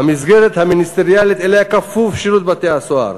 המסגרת המיניסטריאלית שאליה כפוף שירות בתי-הסוהר,